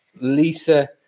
lisa